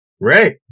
Right